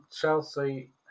Chelsea